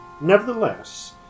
nevertheless